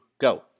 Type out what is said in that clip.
Go